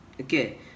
Okay